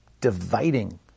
dividing